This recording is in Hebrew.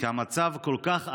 כי המצב כל כך עגום.